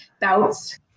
bouts